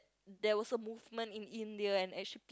there was a movement in India and actually